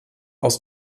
aus